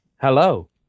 Hello